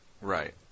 Right